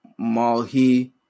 Malhi